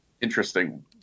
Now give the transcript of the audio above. interesting